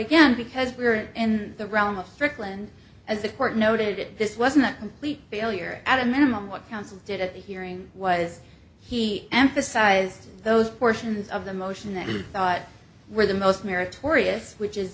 again because we're in the realm of strickland as the court noted this wasn't a complete failure at a minimum what counsel did at the hearing was he emphasized those portions of the motion that he thought were the most